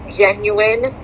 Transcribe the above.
genuine